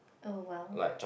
oh !wow!